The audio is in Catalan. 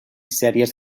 sèries